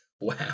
Wow